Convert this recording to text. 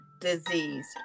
disease